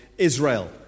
Israel